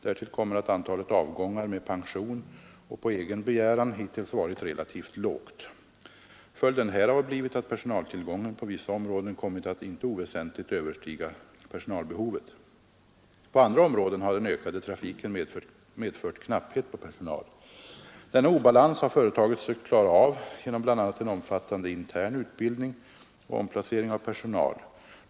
Därtill kommer att antalet avgångar med pension och på egen begäran hittills varit relativt lågt. Följden härav har blivit att personaltillgången på vissa områden kommit att inte oväsentligt överstiga personalbehovet. På andra områden har den ökade trafiken medfört knapphet på personal. Denna obalans har företaget sökt klara av genom bl.a. en omfattande intern utbildning och omplacering av personal.